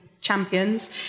champions